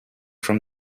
from